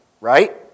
right